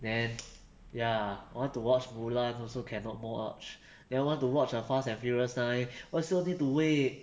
then ya want to watch mulan also cannot more !ouch! then want to watch the fast and furious nine also need to wait